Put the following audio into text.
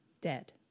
dead